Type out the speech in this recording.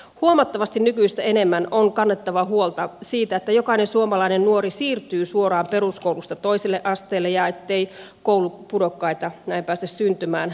huomattavasti nykyistä enemmän on kannettava huolta siitä että jokainen suomalainen nuori siirtyy suoraan peruskoulusta toiselle asteelle ja että koulupudokkaita ei näin pääse syntymään